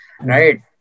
Right